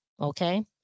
okay